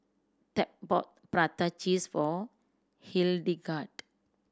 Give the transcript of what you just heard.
Tab bought prata cheese for Hildegard